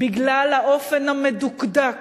בגלל האופן המדוקדק,